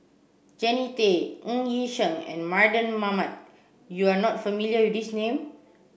Jannie Tay Ng Yi Sheng and Mardan Mamat you are not familiar with these name